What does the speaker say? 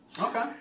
Okay